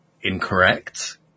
incorrect